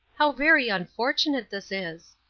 how very unfortunate this is!